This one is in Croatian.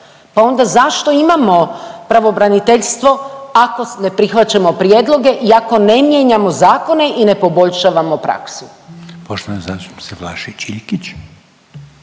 Pa onda zašto imamo pravobraniteljstvo ako ne prihvaćamo prijedloge i ako ne mijenjamo zakone i ne poboljšavamo praksu. **Reiner, Željko